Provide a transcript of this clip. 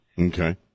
Okay